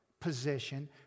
position